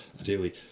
ideally